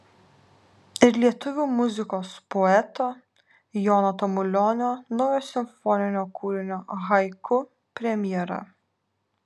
ir lietuvių muzikos poeto jono tamulionio naujo simfoninio kūrinio haiku premjera